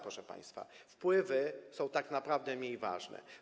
Proszę państwa, wpływy są tak naprawdę mniej ważne.